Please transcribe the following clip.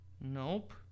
Nope